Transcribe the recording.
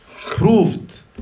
proved